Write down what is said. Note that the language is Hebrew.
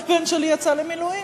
כשהבן שלי יצא למילואים.